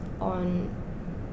on